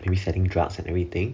maybe selling drugs and everything